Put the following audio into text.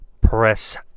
Press